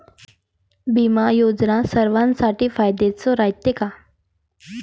बिमा योजना सर्वाईसाठी फायद्याचं रायते का?